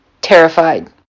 terrified